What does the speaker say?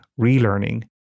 relearning